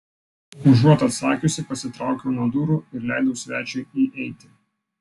užuot atsakiusi pasitraukiau nuo durų ir leidau svečiui įeiti